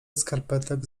skarpetek